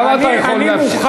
כמה אתה יכול להפריע?